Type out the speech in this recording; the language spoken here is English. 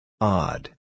Odd